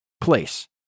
place